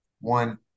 one